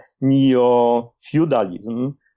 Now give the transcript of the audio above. neo-feudalism